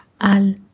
al